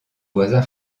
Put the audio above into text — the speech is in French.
voisin